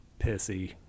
pissy